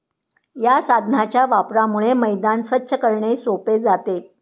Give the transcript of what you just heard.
या साधनाच्या वापरामुळे मैदान स्वच्छ करणे सोपे जाते